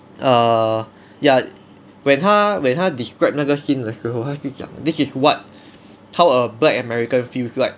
err ya when 他 when 他 described 那个 scene 的时候他是讲 this is what how a black american feels like